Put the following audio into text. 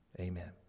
Amen